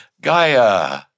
Gaia